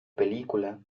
película